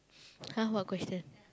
!huh! what question